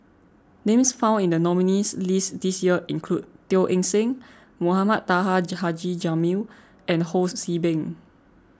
names found in the nominees' list this year include Teo Eng Seng Mohamed Taha Haji Jamil and Ho See Beng